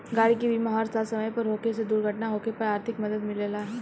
गाड़ी के बीमा हर साल समय पर होखे से दुर्घटना होखे पर आर्थिक मदद मिलेला